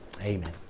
Amen